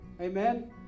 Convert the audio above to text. Amen